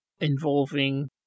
involving